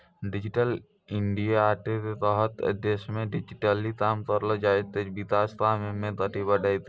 digital इंडियाके तहत देशमे डिजिटली काम करलो जाय ते विकास काम मे गति बढ़तै